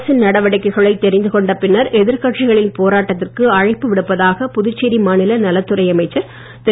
அரசின் நடவடிக்கைகளை தெரிந்து கொண்ட பின்னர் எதிர்கட்சிகள் போராட்டத்திற்கு அழைப்பு விடுப்பதாக புதுச்சேரி மாநில நலத்துறை அமைச்சர் திரு